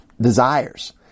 desires